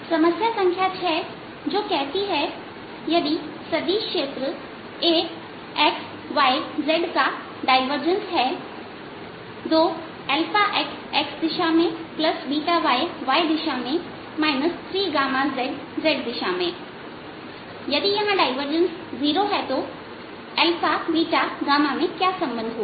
समस्या नंबर 6 जो कहती हैं यदि सदिश क्षेत्र A x yz का डाइवर्जंस है 2x xदिशा मेंy yदिशा में 3z zदिशा में यदि यहां डायवर्जन 0 है तो में क्या संबंध होगा